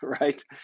right